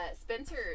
Spencer